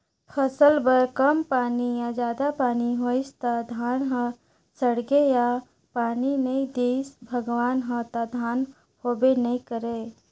फसल बर कम पानी या जादा पानी होइस त धान ह सड़गे या पानी नइ दिस भगवान ह त धान होबे नइ करय